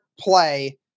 play